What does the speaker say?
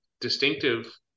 distinctive